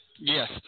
Yes